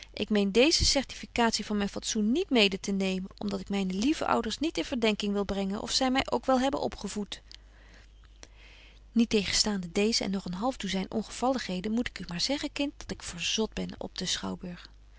ik meen deeze certificatie van myn fatsoen niet mede te nemen om dat ik myne lieve ouders niet in verdenking wil brengen of zy my ook wel hebben opgevoed niettegenstaande deeze en nog een halfdouzyn ongevalligheden moet ik u maar zeggen kind dat ik verzot ben op den schouwburg